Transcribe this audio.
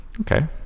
okay